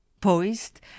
poised